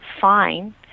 fine